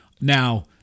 Now